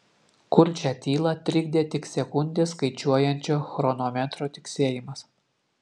kurčią tylą trikdė tik sekundes skaičiuojančio chronometro tiksėjimas